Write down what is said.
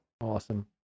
awesome